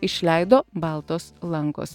išleido baltos lankos